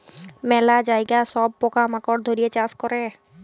ম্যালা জায়গায় সব পকা মাকড় ধ্যরে চাষ ক্যরে